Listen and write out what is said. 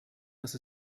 dass